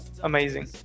amazing